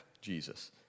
Jesus